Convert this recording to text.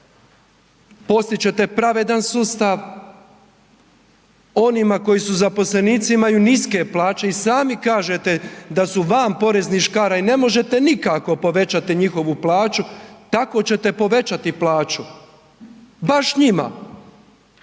Postit ćete pravedan sustav onima koji su zaposlenici imaju niske plaće i sami kažete da su van poreznih škara i ne možete nikako povećati njihovu plaću, tako ćete povećati plaću, baš njima.